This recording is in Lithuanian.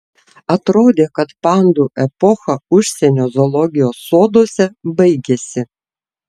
atrodė kad pandų epocha užsienio zoologijos soduose baigėsi